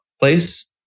place